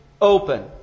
open